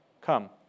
Come